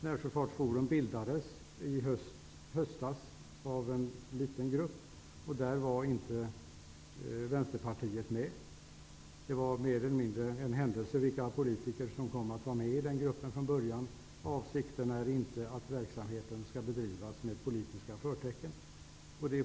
Närsjöfartsforum bildades i höstas av en liten grupp, och där var inte Vänsterpartiet med. Det var mer eller mindre en händelse vilka politiker som kom att vara med i den gruppen från början, och avsikten är inte att verksamheten skall bedrivas med politiska förtecken.